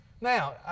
Now